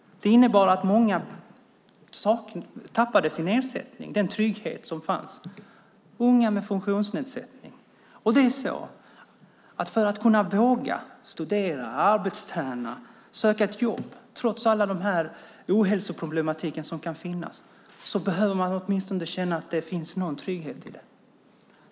Det innebar att många förlorade sin ersättning, sin trygghet som fanns, många med funktionsnedsättning. För att våga studera, arbetsträna, söka ett jobb trots alla ohälsoproblem som kan finnas behöver man åtminstone känna en viss trygghet.